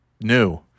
new